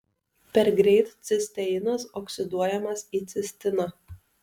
per greit cisteinas oksiduojamas į cistiną